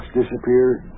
disappeared